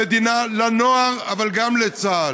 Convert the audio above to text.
למדינה, לנוער, אבל גם לצה"ל.